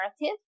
narrative